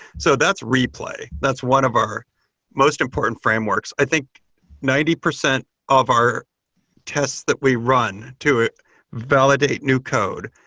so that's replay. that's one of our most important frameworks. i think ninety percent of our tests that we run to it validate new code.